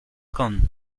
kant